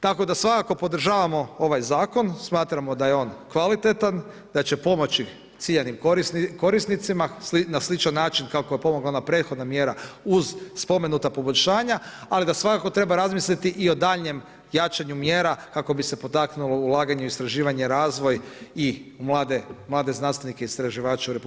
Tako da svakako podržavamo ovaj zakon, smatramo da je on kvalitetan, da će pomoći ciljanim korisnicima na sličan način kako je pomogla ona prethodna mjera uz spomenuta poboljšanja, ali da svakako treba razmisliti i o daljnjem jačanju mjera kako bi se potaknulo ulaganje u istraživanje, razvoj i u mlade znanstvenike, istraživače u RH.